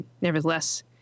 nevertheless